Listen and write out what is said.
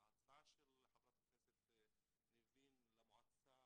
ההצעה של חברת הכנסת ניבין אבו רחמון לוועדה